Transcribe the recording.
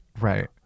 Right